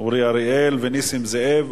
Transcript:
אורי אריאל ונסים זאב.